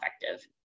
effective